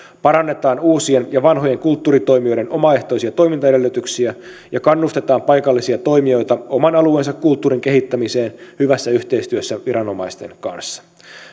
parannetaan uusien ja vanhojen kulttuuritoimijoiden omaehtoisia toimintaedellytyksiä ja kannustetaan paikallisia toimijoita oman alueensa kulttuurin kehittämiseen hyvässä yhteistyössä viranomaisten kanssa